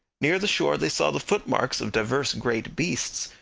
near the shore they saw the footmarks of divers great beasts,